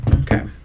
Okay